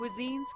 cuisines